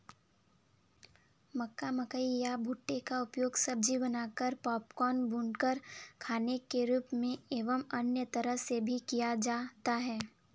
मक्का, मकई या भुट्टे का उपयोग सब्जी बनाकर, पॉपकॉर्न, भूनकर खाने के रूप में एवं अन्य तरह से भी किया जाता है